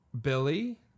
Billy